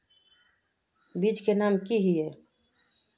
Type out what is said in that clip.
बीज के नाम की हिये?